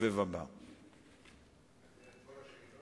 ואני רוצה לומר שיש לנו